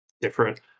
different